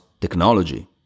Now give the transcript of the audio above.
technology